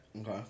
Okay